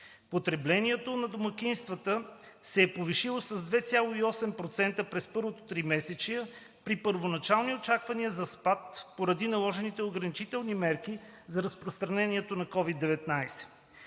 Потреблението на домакинствата се е повишило с 2,8% през първото тримесечие при първоначални очаквания за спад поради наложените ограничителни мерки за разпространението на COVID-19.